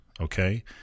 okay